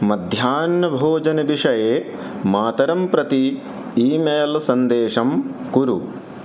मध्याह्नभोजनविषये मातरं प्रति email सन्देशं कुरु